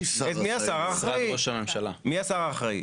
מי השר האחראי?